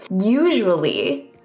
usually